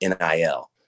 NIL